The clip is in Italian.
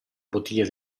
bottiglia